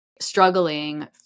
struggling